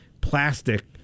plastic